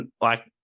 like-